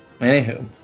Anywho